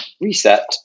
reset